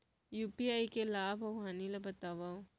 UPI के लाभ अऊ हानि ला बतावव